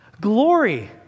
Glory